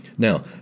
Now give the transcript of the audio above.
Now